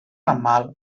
aml